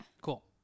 Cool